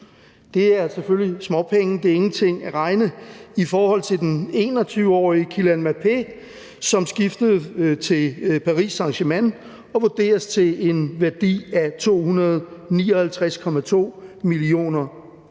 Det er selvfølgelig småpenge, det er ingenting at regne i forhold til den 21-årige Kylian Mbappé, som skiftede til Paris Saint-Germain og vurderes til en værdi af 259,2 mio.